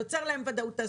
זה יוצר להם ודאות תעסוקתית,